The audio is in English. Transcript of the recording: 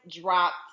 dropped